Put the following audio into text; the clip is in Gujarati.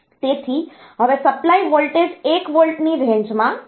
તેથી હવે સપ્લાય વોલ્ટેજ 1 વોલ્ટ ની રેન્જ માં છે